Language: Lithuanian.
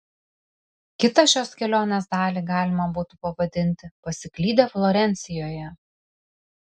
kitą šios kelionės dalį galima būtų pavadinti pasiklydę florencijoje